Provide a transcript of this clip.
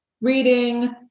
reading